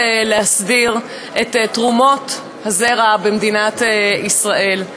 להסדיר את תרומות הזרע במדינת ישראל.